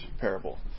parable